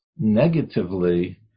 negatively